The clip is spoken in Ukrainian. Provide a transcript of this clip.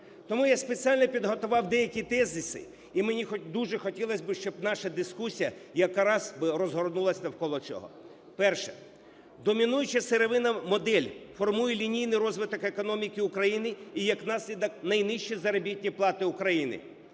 Тому я спеціально підготував деякі тезиси, і мені дуже хотілось би, щоб наша дискусія якраз би розгорнулась навколо цього. Перше. Домінуюча сировинна модель формує лінійний розвиток економіки України, і як наслідок – найнижчі заробітні плати України.